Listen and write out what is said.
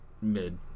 mid